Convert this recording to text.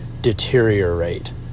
deteriorate